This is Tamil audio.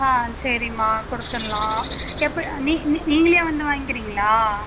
ஆ சரிம்மா கொடுத்துரலாம் எப்போ நீ நீ நீங்களே வந்து வாங்கிக்கறிங்களா